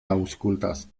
aŭskultas